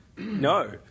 no